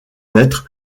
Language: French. mètres